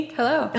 Hello